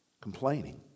Complaining